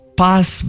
pass